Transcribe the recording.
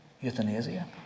euthanasia